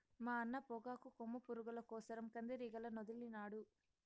మా అన్న పొగాకు కొమ్ము పురుగుల కోసరం కందిరీగలనొదిలినాడు